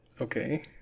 Okay